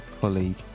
colleague